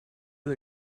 did